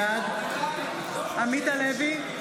בעד עמית הלוי,